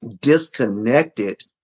disconnected